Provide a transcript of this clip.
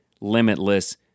limitless